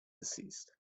deceased